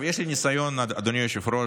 יש לי ניסיון, אדוני היושב-ראש,